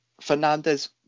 Fernandez